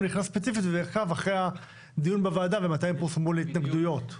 נכנס ספציפית ועקב אחרי הדיון בוועדה ומתי הן פורסמו להתנגדויות.